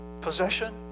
possession